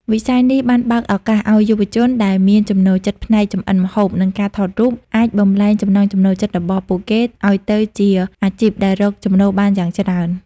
វិស័យនេះបានបើកឱកាសឱ្យយុវជនដែលមានចំណូលចិត្តផ្នែកចម្អិនម្ហូប និងការថតរូប អាចបំប្លែងចំណង់ចំណូលចិត្តរបស់ពួកគេឱ្យទៅជាអាជីពដែលរកចំណូលបានយ៉ាងច្រើន។